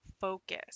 focus